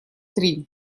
три